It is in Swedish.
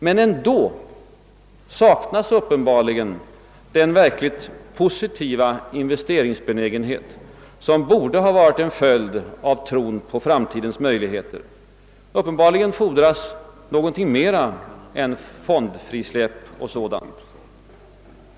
Men ändå saknas den verkligt positiva investeringsbenägenhet, som borde ha varit en följd av tron på framtidens möjligheter. Uppenbarligen fordras något mera än fondfrisläpp och liknande åtgärder.